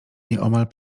nieomal